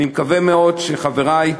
אני מקווה מאוד, חברי,